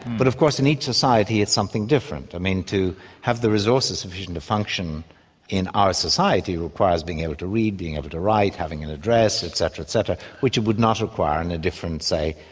but of course in each society it's something different. i mean to have the resources sufficient to function in our society requires being able to read, being able to write, having an address etc. etc, which it would not require in a different, say,